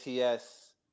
ATS